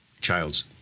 child's